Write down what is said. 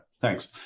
thanks